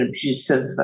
abusive